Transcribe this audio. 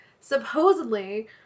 supposedly